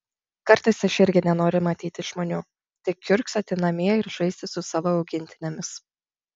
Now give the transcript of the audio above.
kartais aš irgi nenoriu matyti žmonių tik kiurksoti namie ir žaisti su savo augintinėmis